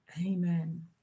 Amen